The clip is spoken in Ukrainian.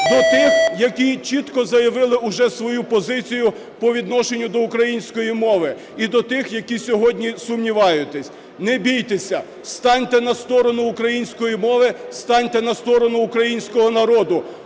до тих, які чітко заявили уже свою позицію по відношенню до української мови, і до тих, які сьогодні сумніваєтесь: не бійтеся, станьте на сторону української мови, станьте на сторону українського народу.